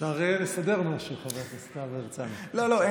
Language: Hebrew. אפשר לסדר משהו, חבר הכנסת להב הרצנו.